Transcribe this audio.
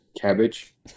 cabbage